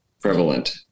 prevalent